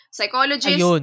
Psychologist